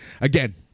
again